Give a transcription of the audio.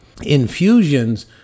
infusions